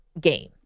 game